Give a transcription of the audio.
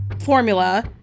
formula